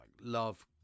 love